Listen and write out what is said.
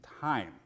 time